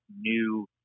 new